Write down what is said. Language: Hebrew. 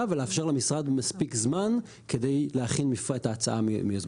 ולאפשר למשרד מספיק זמן כדי להכין את ההצעה מיוזמתו.